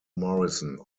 morison